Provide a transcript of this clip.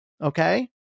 Okay